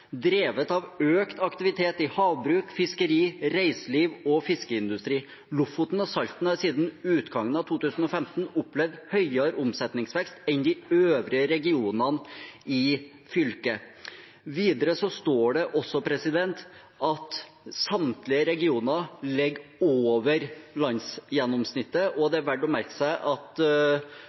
drevet av økt aktivitet i havbruk, fiskeri, reiseliv og fiskeindustri. Lofoten og Salten har siden utgangen av 2015 opplevd høyere omsetningsvekst enn de øvrige regionene i fylket.» Videre står det også at samtlige regioner ligger over landsgjennomsnittet, og at det er verd å merke seg at